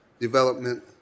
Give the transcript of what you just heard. development